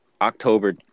October